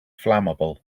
flammable